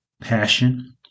passion